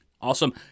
Awesome